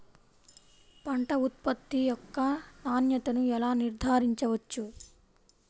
పంట ఉత్పత్తి యొక్క నాణ్యతను ఎలా నిర్ధారించవచ్చు?